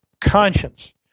Conscience